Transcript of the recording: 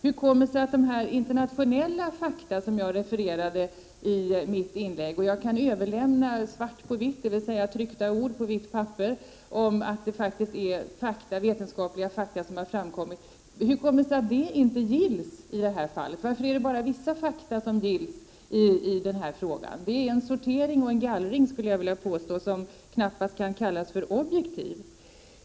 Hur kommer det sig att de internationella fakta som jag refererade i mitt inlägg och som jag kan överlämna i svart på vitt — dvs. tryckta ord på vitt papper som visar att detta är vetenskapliga fakta — inte gills i det här fallet? Varför är det bara vissa fakta som gills i den här frågan? Jag vill påstå att detta är en sortering och gallring som knappast kan kallas objektiv.